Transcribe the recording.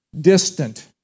distant